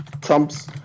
Trump's